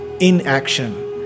inaction